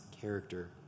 character